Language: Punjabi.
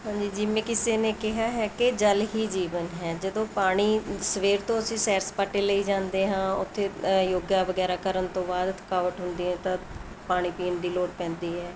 ਹਾਂਜੀ ਜਿਵੇਂ ਕਿਸੇ ਨੇ ਕਿਹਾ ਹੈ ਕਿ ਜਲ ਹੀ ਜੀਵਨ ਹੈ ਜਦੋਂ ਪਾਣੀ ਸਵੇਰ ਤੋਂ ਅਸੀਂ ਸੈਰ ਸਪਾਟੇ ਲਈ ਜਾਂਦੇ ਹਾਂ ਉੱਥੇ ਯੋਗਾ ਵਗੈਰਾ ਕਰਨ ਤੋਂ ਬਾਅਦ ਥਕਾਵਟ ਹੁੰਦੀ ਹੈ ਤਾਂ ਪਾਣੀ ਪੀਣ ਦੀ ਲੋੜ ਪੈਂਦੀ ਹੈ